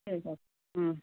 ঠিক আছে হুম